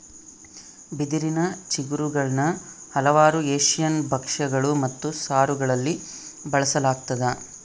ಬಿದಿರಿನ ಚಿಗುರುಗುಳ್ನ ಹಲವಾರು ಏಷ್ಯನ್ ಭಕ್ಷ್ಯಗಳು ಮತ್ತು ಸಾರುಗಳಲ್ಲಿ ಬಳಸಲಾಗ್ತದ